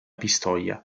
pistoia